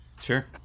Sure